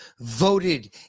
voted